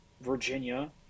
Virginia